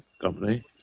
Company